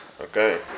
Okay